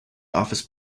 office